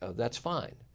that's fine.